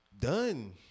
done